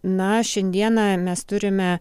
na šiandieną mes turime